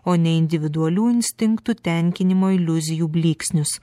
o ne individualių instinktų tenkinimo iliuzijų blyksnius